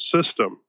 system